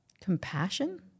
compassion